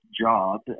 job